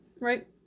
right